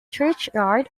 churchyard